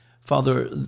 Father